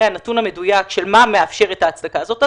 הנתון המדויק של מה מאפשר את ההצדקה הזאת,